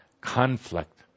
conflict